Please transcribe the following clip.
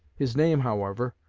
his name, however,